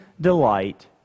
delight